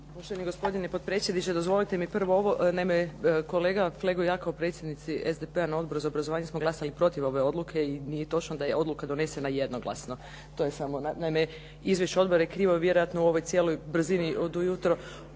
Poštovani gospodine potpredsjedniče, dozvolite mi prvo ovo. Naime, kolega Flego i ja kao predsjednici SDP-a na Odboru za obrazovanje smo glasali protiv ove odluke i nije točno da je odluka donesena jednoglasno. Naime, izvješće odbora je krivo vjerojatno u ovoj cijeloj brzini od ujutro,